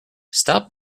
stop